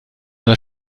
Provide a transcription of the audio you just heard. das